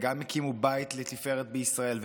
וגם הקימו בית לתפארת בישראל,